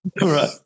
right